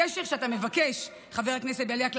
הקשר שאתה מבקש לעשות, חבר הכנסת בליאק,